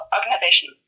Organization